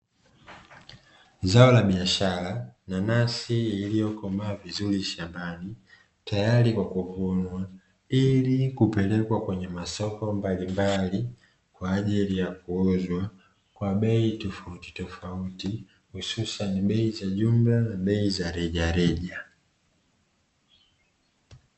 Zao la biashara, nanasi iliyokomaa vizuri shambani, tayari kwa kuuzwa ili kupelekwa kwenye masoko mbalimbali, kwa ajili ya kuuzwa kwa bei tofautitofauti, hususani bei za jumla na bei za rejareja.